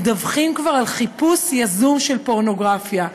מדווחים כבר על חיפוש יזום של פורנוגרפיה.